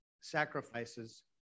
sacrifices